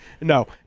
No